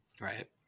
right